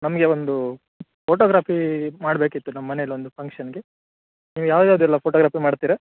ನಮಗೆ ಒಂದು ಫೋಟೋಗ್ರಾಫೀ ಮಾಡಬೇಕಿತ್ತು ನಮ್ಮ ಮನೇಲಿ ಒಂದು ಫಂಕ್ಷನ್ಗೆ ನೀವು ಯಾವ್ದು ಯಾವ್ದು ಎಲ್ಲ ಫೋಟೋಗ್ರಾಫಿ ಮಾಡ್ತೀರ